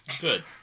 Good